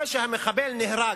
זה שהמחבל נהרג,